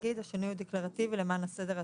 השינוי הוא דקלרטיבי למען הסדר הטוב,